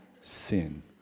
sin